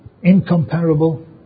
Incomparable